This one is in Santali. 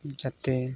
ᱡᱟᱛᱮ